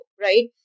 right